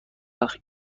وقت